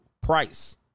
price